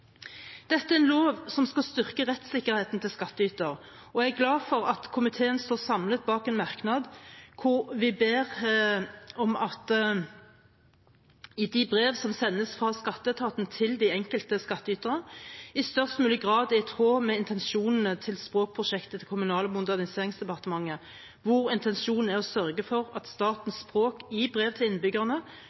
Dette er en lov som skal styrke rettssikkerheten til skattyteren, og jeg er glad for at komiteen står samlet bak en merknad der vi ber om at brev som sendes fra skatteetaten til den enkelte skattyter, i størst mulig grad er i tråd med intensjonene til språkprosjektet til Kommunal- og moderniseringsdepartementet, der intensjonen er å sørge for at statens språk i brev til innbyggerne